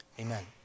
Amen